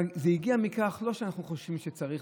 זה לא הגיע מכך שאנחנו חושבים שצריך